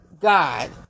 god